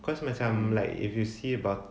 cause macam like if you see about